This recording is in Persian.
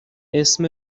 اسم